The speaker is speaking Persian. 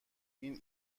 این